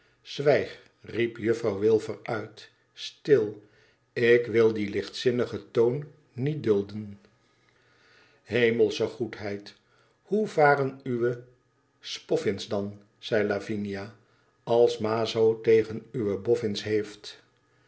riep juffrouw wilfer uit stil ik wil dien lichtzinnigen loon niet dulden t hemelsche goedheid hoe varen uwe spoffins dan zei lavmia i als ma zoo tegen uwe boffins heeft